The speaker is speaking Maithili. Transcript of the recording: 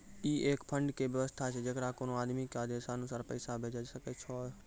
ई एक फंड के वयवस्था छै जैकरा कोनो आदमी के आदेशानुसार पैसा भेजै सकै छौ छै?